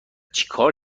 چیکار